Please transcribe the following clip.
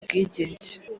ubwigenge